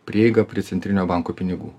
prieigą prie centrinio banko pinigų